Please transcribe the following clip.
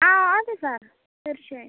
ആ അതെ സാർ തീർച്ചയായും